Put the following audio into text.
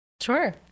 Sure